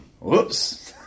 Whoops